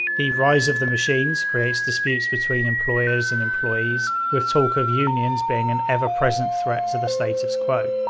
the rise of the machines creates disputes between employers and employees, with talk of unions being an ever-present threat to the status quo.